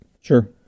Sure